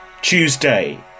Tuesday